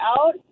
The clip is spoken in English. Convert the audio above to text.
out